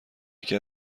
یکی